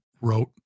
wrote